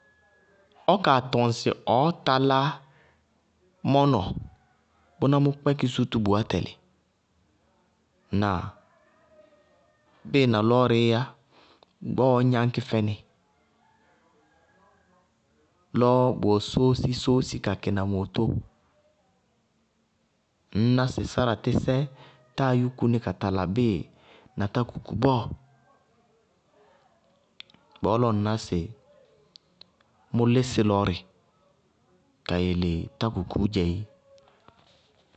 Ɔ kaa tɔŋsɩ ɔɔ talá mɔnɔ, bʋná mʋ talá sútúbuá tɛlɩ. Ŋnáa? Bíɩ na lɔɔrɩíyá, gbɔɔ gnáñkɩ fɛnɩ, lɔ bʋwɛ sóósi sóósi kakɩ na mootóo. Ŋñná sɩ sáratɩsɛ táa yúku nɩ ka tala bíɩ na tákuku bɔɔ. Bɔɔ lɔɔ ŋñná sɩ mʋ lísɩ lɔɔrɩ ka yele tákukuú dzɛéé.